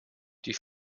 die